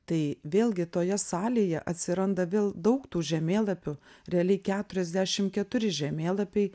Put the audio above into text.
tai vėlgi toje salėje atsiranda vėl daug tų žemėlapių realiai keturiasdešim keturi žemėlapiai